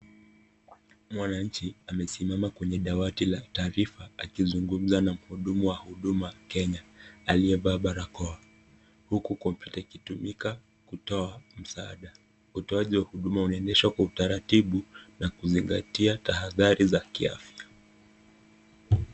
Mwananchi amesimama kwenye dawati la taarifa akizungumza na mhudumu wa huduma kenya aliyevaa barakoa huku kompyuta ikitumika kutoa msaada. Utoaji wa huduma unaendeshwa kwa utaratibu na kuzingatia tahadhari za kiafya.